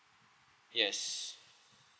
yes